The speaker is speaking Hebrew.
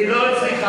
היא לא צריכה.